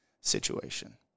situation